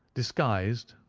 disguised,